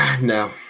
No